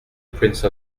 prince